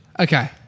Okay